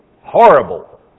horrible